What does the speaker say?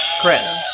chris